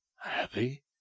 Happy